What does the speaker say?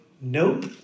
nope